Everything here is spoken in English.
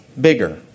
bigger